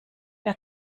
wer